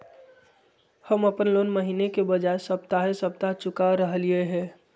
हम अप्पन लोन महीने के बजाय सप्ताहे सप्ताह चुका रहलिओ हें